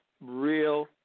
real